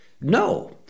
no